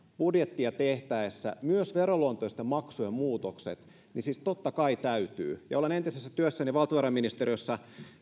budjettia tehtäessä myös veroluontoisten maksujen muutokset niin siis totta kai täytyy olen entisessä työssäni valtiovarainministeriössä